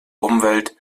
umwelt